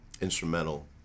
instrumental